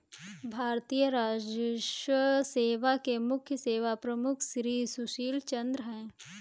भारतीय राजस्व सेवा के मुख्य सेवा प्रमुख श्री सुशील चंद्र हैं